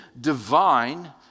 divine